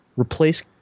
Replace